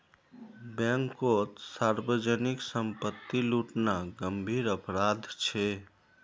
बैंककोत सार्वजनीक संपत्ति लूटना गंभीर अपराध छे